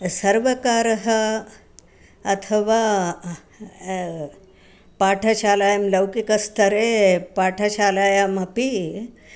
सर्वकारः अथवा पाठशालायां लौकिकस्थरे पाठशालायामपि